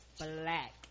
Black